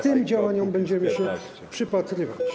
Tym działaniom będziemy się przypatrywać.